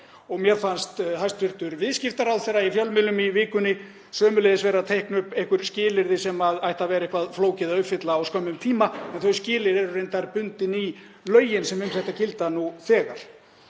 Og mér fannst hæstv. viðskiptaráðherra í fjölmiðlum í vikunni sömuleiðis vera að teikna upp einhver skilyrði sem ætti að vera eitthvað flókið að uppfylla á skömmum tíma, en þau skilyrði eru reyndar bundin í lögin sem um þetta gilda nú þegar.